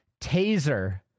Taser